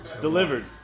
Delivered